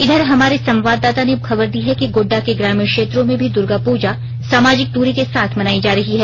इधर हमारे संवाददाता ने खबर दी है कि गोड्डा के ग्रामीण क्षेत्रों में भी दुर्गा पूजा सामाजिक दूरी के साथ मनायी जा रही है